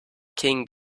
king